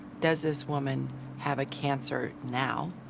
does this woman have a cancer now,